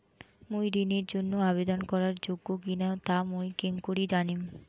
মুই ঋণের জন্য আবেদন করার যোগ্য কিনা তা মুই কেঙকরি জানিম?